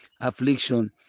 affliction